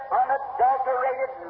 unadulterated